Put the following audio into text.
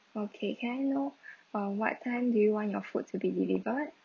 okay can I know uh what time do you want your food to be delivered